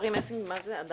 בוצה באה